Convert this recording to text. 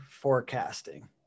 forecasting